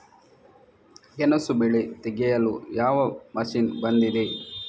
ಗೆಣಸು ಬೆಳೆ ತೆಗೆಯಲು ಯಾವ ಮಷೀನ್ ಬಂದಿದೆ?